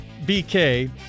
BK